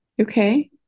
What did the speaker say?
Okay